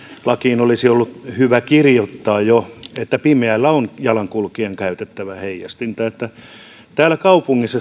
lakiin olisi ollut hyvä kirjoittaa jo että pimeällä on jalankulkijan käytettävä heijastinta täällä kaupungissa